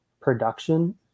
production